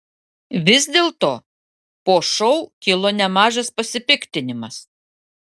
vis dėlto po šou kilo nemažas pasipiktinimas